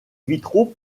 vitraux